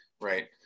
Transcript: right